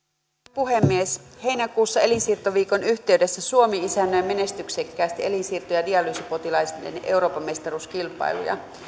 puhemies heinäkuussa elinsiirtoviikon yhteydessä suomi isännöi menestyksekkäästi elinsiirto ja dialyysipotilaiden euroopanmestaruuskilpailuja